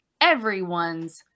everyone's